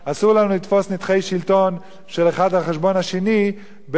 אסור לנו לתפוס נתחי שלטון של האחד על חשבון השני באופן